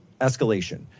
escalation